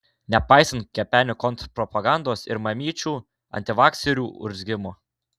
nepaisant kepenio kontrpropagandos ir mamyčių antivakserių urzgimo